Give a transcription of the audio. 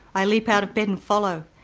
i leap out of bed and follow.